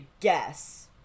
guess